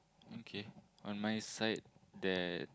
okay on my side there